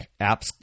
apps